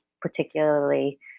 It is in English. particularly